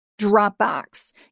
Dropbox